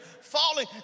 falling